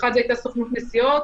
הראשון זה סוכנות נסיעות,